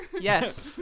Yes